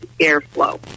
airflow